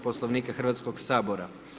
Poslovnika Hrvatskog sabora.